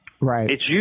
Right